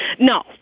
No